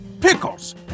Pickles